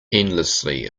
endlessly